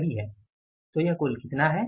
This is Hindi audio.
तो यह कुल कितना है